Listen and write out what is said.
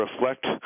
reflect